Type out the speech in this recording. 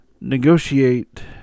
negotiate